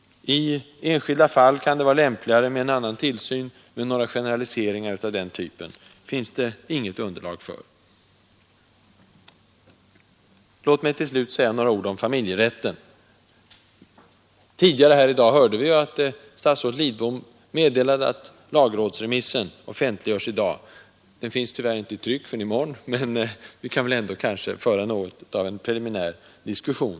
I enskilda fall kan det vara lämpligare med en annan tillsyn, men några generaliseringar av den typen finns det inget underlag för. Låt mig till slut säga några ord om familjerätten. Tidigare här i dag hörde vi att statsrådet Lidbom meddelade att lagrådsremissen offentliggörs i dag. Den finns tyvärr inte i tryck förrän i morgon, men vi kanske ändå kan föra något av en preliminär diskussion.